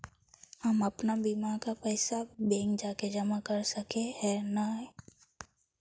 हम अपन बीमा के पैसा बैंक जाके जमा कर सके है नय?